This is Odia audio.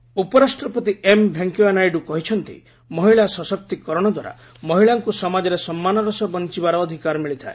ନାଇଡୁ ତେଲେଙ୍ଗାନା ଉପରାଷ୍ଟ୍ରପତି ଏମ୍ ଭେଙ୍କୟା ନାଇଡୁ କହିଛନ୍ତି ମହିଳା ସଶକ୍ତି କରଣ ଦ୍ୱାରା ମହିଳାଙ୍କୁ ସମାଜରେ ସମ୍ମାନର ସହ ବଞ୍ଚିବାର ଅଧିକାର ମିଳିଥାଏ